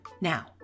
Now